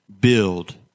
build